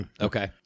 Okay